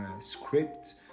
script